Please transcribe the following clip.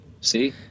See